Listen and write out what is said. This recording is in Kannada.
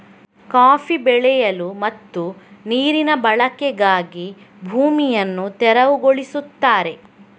ಕಾಫಿ ಬೆಳೆಯಲು ಮತ್ತು ನೀರಿನ ಬಳಕೆಗಾಗಿ ಭೂಮಿಯನ್ನು ತೆರವುಗೊಳಿಸುತ್ತಾರೆ